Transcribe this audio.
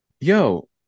Yo